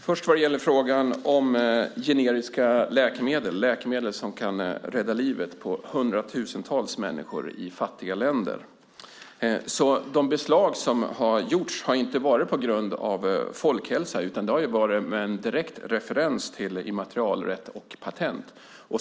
Fru talman! Först vill jag ta upp frågan om generiska läkemedel. Det handlar om läkemedel som kan rädda livet på hundratusentals människor i fattiga länder. De beslag som har gjorts har inte skett på grund av folkhälsa utan med direkt referens till immaterialrätt och patent.